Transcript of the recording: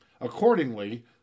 Accordingly